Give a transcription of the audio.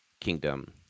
kingdom